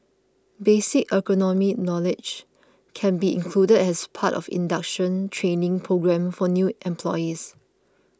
basic ergonomic knowledge can be included as part of the induction training programme for new employees